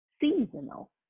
seasonal